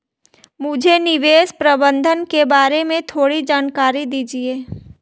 मुझे निवेश प्रबंधन के बारे में थोड़ी जानकारी दीजिए